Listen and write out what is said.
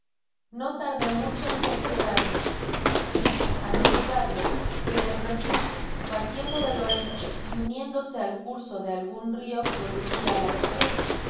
no tarde mucho en cerciorarme vi á no dudarlo que el reflojo partiendo del oeste y uniendose al curso de algun rio producía la corriente